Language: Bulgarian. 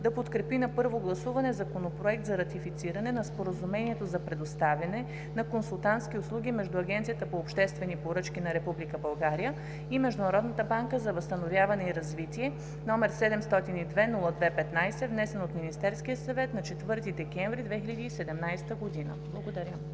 да подкрепи на първо гласуване Законопроект за ратифициране на Споразумението за предоставяне на консултантски услуги между Агенцията по обществени поръчки на Република България и Международната банка за възстановяване и развитие, № 702-02-15, внесен от Министерския съвет на 04.12.2017 г.“ Благодаря.